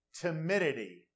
timidity